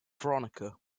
veronica